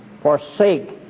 forsake